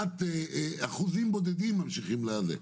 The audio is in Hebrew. אחוזים בודדים ממשיכים בלימודים.